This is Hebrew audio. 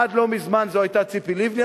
עד לא מזמן זאת היתה ציפי לבני,